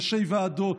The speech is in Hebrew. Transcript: ראשי ועדות,